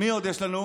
מי עוד יש לנו?